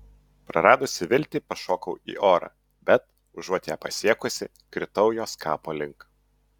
praradusi viltį pašokau į orą bet užuot ją pasiekusi kritau jos kapo link